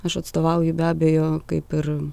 aš atstovauju be abejo kaip ir